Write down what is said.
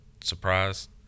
surprise